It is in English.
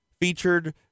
featured –